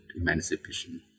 emancipation